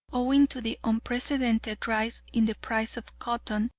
owing to the unprecedented rise in the price of cotton,